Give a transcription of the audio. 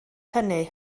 hynny